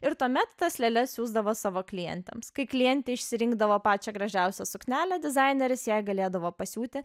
ir tuomet tas lėles siųsdavo savo klientėms kai klientė išsirinkdavo pačią gražiausią suknelę dizaineris jai galėdavo pasiūti